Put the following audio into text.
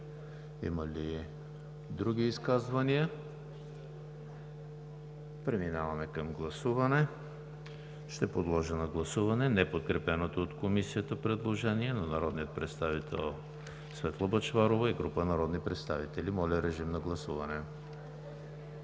Има ли други изказвания? Преминаваме към гласуване. Ще подложа на гласуване неподкрепеното от Комисията предложение на народния представител Светла Бъчварова и група народни представители. Гласували